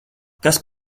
kas